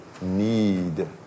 need